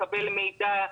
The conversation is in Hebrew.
לקבל מידע,